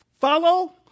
Follow